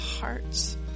hearts